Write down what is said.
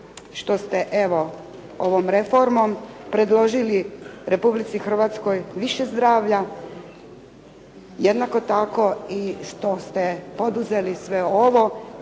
što ste evo ovom reformom predložili Republici Hrvatskoj više zdravlja, jednako tako što ste i poduzeli sve ovo